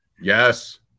Yes